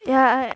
yeah I